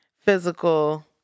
physical